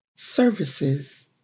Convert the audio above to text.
services